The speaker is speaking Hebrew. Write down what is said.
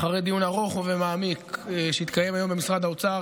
שאחרי דיון ארוך ומעמיק שהתקיים היום במשרד האוצר,